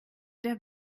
der